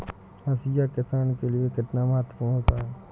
हाशिया किसान के लिए कितना महत्वपूर्ण होता है?